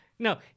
No